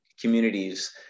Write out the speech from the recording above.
communities